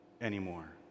anymore